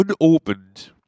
unopened